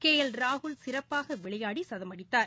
K L ராகுல் சிறப்பாக விளையாடி சதமடித்தார்